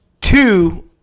two